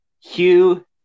Hugh